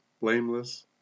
blameless